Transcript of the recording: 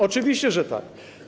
Oczywiście że tak.